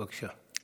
בבקשה.